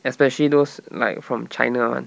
especially those like from china [one]